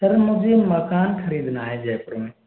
sir मुझे मकान खरीदना है जयपुर में